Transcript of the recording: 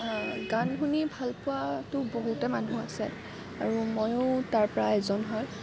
গান শুনি ভালপোৱাটো বহুতে মানুহ আছে আৰু মইও তাৰপৰা এজন হয়